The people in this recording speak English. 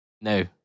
No